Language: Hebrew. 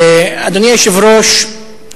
אדוני היושב-ראש,